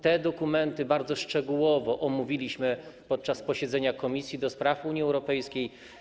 Te dokumenty bardzo szczegółowo omówiliśmy podczas posiedzenia Komisji do Spraw Unii Europejskiej.